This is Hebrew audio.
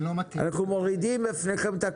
אנחנו מורידים בפניכם את הכובע,